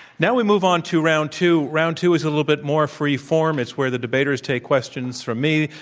now we move on to round two. round two is a little bit more free form. it's where the debaters take questions from me,